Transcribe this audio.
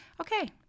Okay